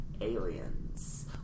aliens